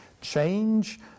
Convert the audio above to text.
change